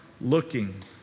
looking